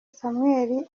samuel